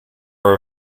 are